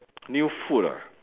new food ah